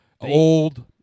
old